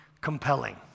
Compelling